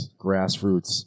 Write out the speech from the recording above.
grassroots